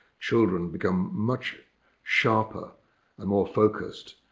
children become much sharper and more focused